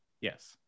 Yes